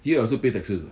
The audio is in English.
you have to pay taxes